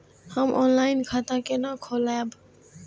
हम ऑनलाइन खाता केना खोलैब?